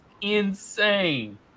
insane